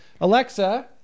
Alexa